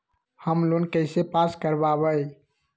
Home loan कैसे पास कर बाबई?